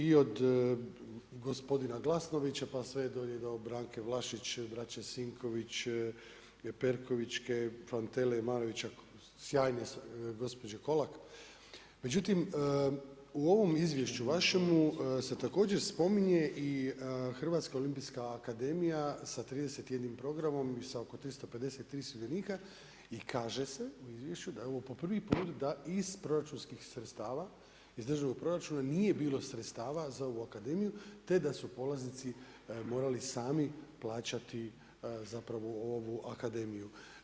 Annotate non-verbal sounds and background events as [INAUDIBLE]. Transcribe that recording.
I od gospodina Glasnovića, pa sve dolje do Branke Vlašić, braće Sinković, Perkovićke, … [UNINTELLIGIBLE] sjajne gospođe Kolak, međutim, u ovom izvješću vašemu, se također spominje i Hrvatska olimpijska akademija, sa 31 programom i sa 353 sudionika i kaže se u izvješću da je ovo po prvi put da iz proračunskih sredstava iz državnog proračuna nije bilo sredstava za ovu akademiju, te da su polaznici morali sami plaćati zapravo ovu akademiju.